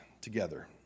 together